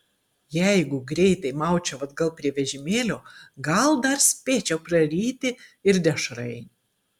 jeigu greitai maučiau atgal prie vežimėlio gal dar spėčiau praryti ir dešrainį